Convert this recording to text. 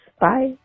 Bye